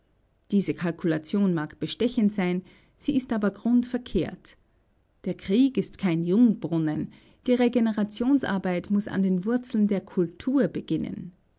diese kalkulation mag bestechend sein sie ist aber grundverkehrt der krieg ist kein jungbrunnen die regenerationsarbeit muß an den wurzeln der kultur beginnen